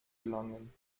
gelangen